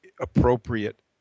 appropriate